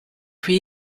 pre